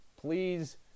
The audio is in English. Please